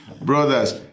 Brothers